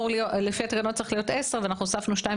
לפי התקנות צריכים להיות עשרה ואנחנו הוספנו שניים